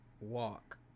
Walk